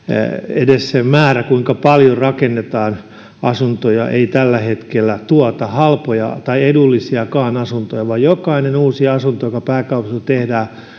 edes se määrä kuinka paljon rakennetaan asuntoja ei tällä hetkellä tuota halpoja tai edullisiakaan asuntoja vaan jokainen uusi asunto joka pääkaupungissa tehdään